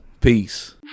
Peace